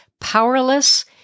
Powerless